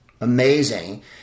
amazing